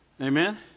Amen